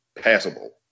passable